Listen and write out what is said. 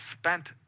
spent